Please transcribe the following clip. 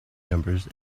numbers